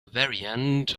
variant